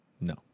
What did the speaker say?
No